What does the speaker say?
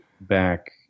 back